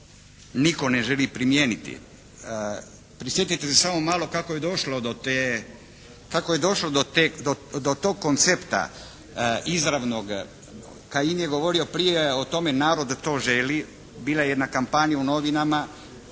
nitko ne želi primijeniti. Prisjetite se samo malo kako je došlo do tog koncepta izravnog. Kajin je govorio prije o tome narod da to želi, bila jedna kampanja u novinama,